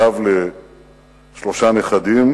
סב לשלושה נכדים,